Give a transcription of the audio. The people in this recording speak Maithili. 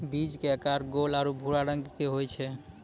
बीज के आकार गोल आरो भूरा रंग के होय छै